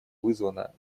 вызвано